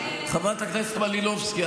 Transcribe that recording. חברת הכנסת מלינובסקי,